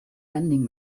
vending